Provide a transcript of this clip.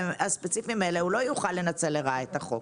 הספציפיים האלה הוא לא יוכל לנצל לרעה את החוק.